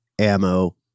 ammo